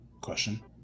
question